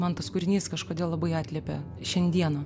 man tas kūrinys kažkodėl labai atliepia šiandieną